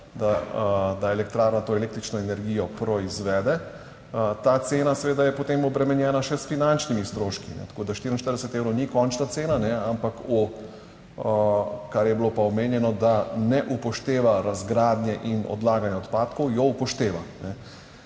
da elektrarna to električno energijo proizvede, ta cena seveda je potem obremenjena še s finančnimi stroški, tako da 44 evrov ni končna cena, ampak kar je bilo pa omenjeno, da ne upošteva razgradnje in odlaganja odpadkov, jo upošteva.